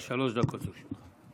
בבקשה, שלוש דקות לרשותך.